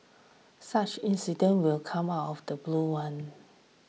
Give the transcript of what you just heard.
such incident will come out of the blue one